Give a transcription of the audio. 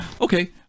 Okay